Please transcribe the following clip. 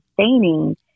sustaining